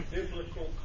Biblical